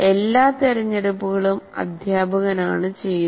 എല്ലാ തിരഞ്ഞെടുപ്പുകളും അധ്യാപകനാണ് ചെയ്യുന്നത്